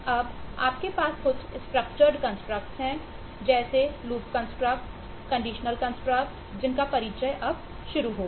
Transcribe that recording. अब आपके पास कुछ स्ट्रक्चर्ड कंस्ट्रक्ट्स जिनका परिचय अब शुरू होगा